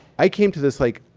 i came to this like,